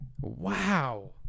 Wow